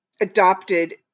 adopted